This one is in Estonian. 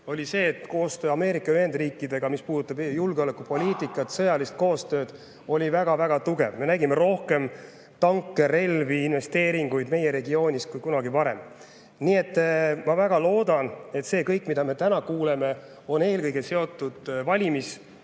et see koostöö Ameerika Ühendriikidega, mis puudutab julgeolekupoliitikat ja sõjalist koostööd, oli väga tugev. Me nägime rohkem tanke, relvi ja investeeringuid meie regioonis kui kunagi varem. Nii et ma väga loodan, et see kõik, mida me täna kuuleme, on eelkõige seotud